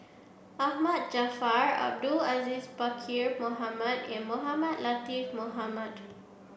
Ahmad Jaafar Abdul Aziz Pakkeer Mohamed and Mohamed Latiff Mohamed